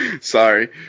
sorry –